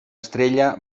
estrella